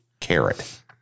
carrot